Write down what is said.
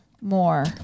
more